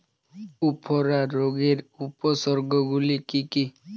উফরা রোগের উপসর্গগুলি কি কি?